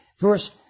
Verse